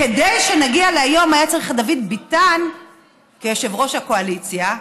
כדי שנגיע להיום היה צריך את דוד ביטן כיושב-ראש הקואליציה,